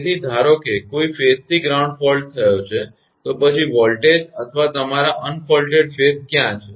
તેથી ધારો કે કોઈ ફેઝ થી ગ્રાઉન્ડ ફોલ્ટ થયો છે તો પછી વોલ્ટેજ અથવા તમારા અન ફોલ્ટેડ ફેઝ્સ કયા છે